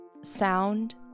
sound